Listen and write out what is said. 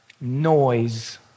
noise